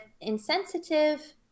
insensitive